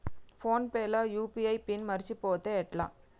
Phone pay లో UPI PIN మరచిపోతే ఎట్లా?